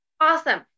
Awesome